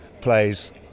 plays